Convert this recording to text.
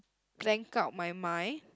blank out my mind